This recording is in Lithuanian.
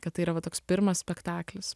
kad tai yra va toks pirmas spektaklis